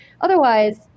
Otherwise